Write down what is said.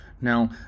Now